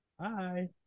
Hi